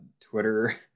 Twitter